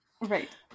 Right